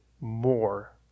more